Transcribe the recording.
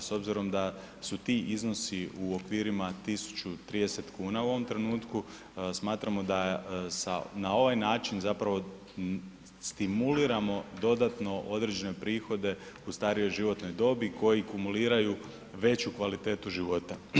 S obzirom da su ti iznosi u okvirima 1.030 kuna u ovom trenutku, smatramo da na ovaj način zapravo stimuliramo dodatno određene prihode u starijoj životnoj dobi koji kumuliraju veću kvalitetu život.